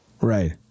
Right